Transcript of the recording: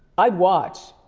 i'd watch,